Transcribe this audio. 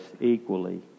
equally